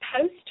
post